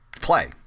play